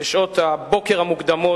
בשעות הבוקר המוקדמות.